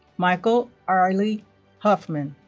michael um riley hoffman